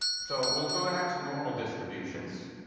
so we'll go back to normal distributions.